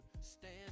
stand